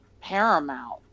Paramount